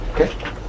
okay